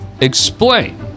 Explain